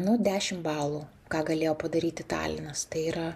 nu dešim balų ką galėjo padaryti talinas tai yra